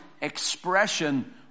expression